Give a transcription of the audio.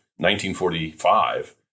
1945